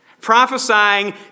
Prophesying